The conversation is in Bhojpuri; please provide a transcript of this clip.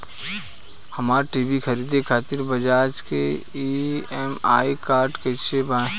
हमरा टी.वी खरीदे खातिर बज़ाज़ के ई.एम.आई कार्ड कईसे बनी?